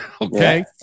Okay